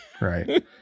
right